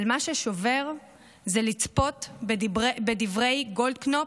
אבל מה ששובר זה לצפות בדברי גולדקנופ,